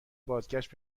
بازگشت